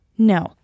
No